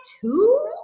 two